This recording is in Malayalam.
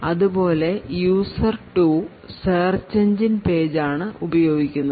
അതുപോലെ user 2 സെർച്ച് എൻജിൻ പേജ് ആണ് ഉപയോഗിക്കുന്നത്